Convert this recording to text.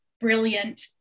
brilliant